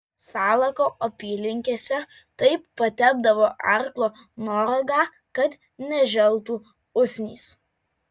salako apylinkėse taip patepdavo arklo noragą kad neželtų usnys